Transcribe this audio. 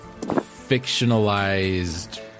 fictionalized